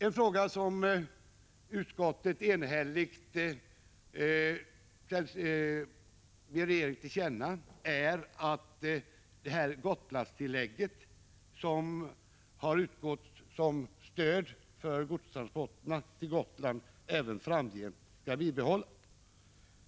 En sak utskottet enhälligt beslutat ge regeringen till känna är att Gotlandstillägget som har utgått som stöd för godstransporterna till Gotland skall bibehållas.